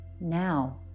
now